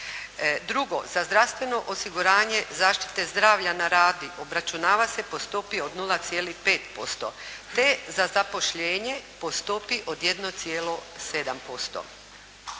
Drugo, za zdravstveno osiguranje zaštite zdravlja na radu obračunava se po stopi od 0,5% te za zapošljenje po stopi od 1,7%.